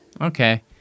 okay